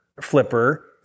flipper